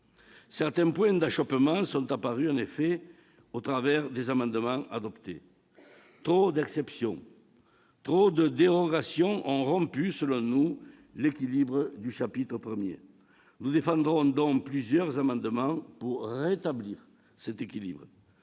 Certains points d'achoppement sont apparus au travers des amendements adoptés : trop d'exceptions, trop de dérogations ont rompu l'équilibre du chapitre I. Nous défendrons donc plusieurs amendements visant à rétablir cet équilibre.